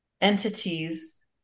entities